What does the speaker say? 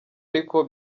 ariko